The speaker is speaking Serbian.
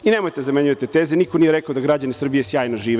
Nemojte da zamenjujete teze, niko nije rekao da građani Srbije sjajno žive.